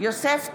יוסף טייב,